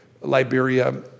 Liberia